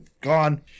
gone